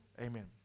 Amen